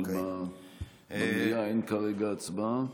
אבל במליאה אין כרגע הצבעה.